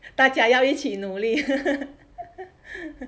大家要一起努力